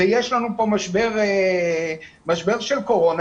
ויש לנו פה משבר של קורונה,